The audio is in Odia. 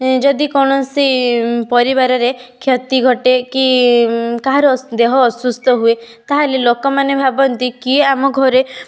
ଯଦି କୌଣସି ପରିବାରରେ କ୍ଷତି ଘଟେ କି କାହାର ଦେହ ଅସୁସ୍ଥ ହୁଏ ତାହାଲେ ଲୋକ ମାନେ ଭାବନ୍ତି କି ଆମ ଘରେ